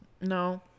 No